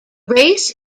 race